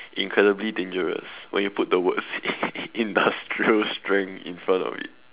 incredibly dangerous when you put the word industrial strength in front of it